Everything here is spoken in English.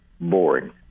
boring